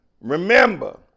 Remember